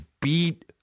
beat